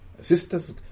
sisters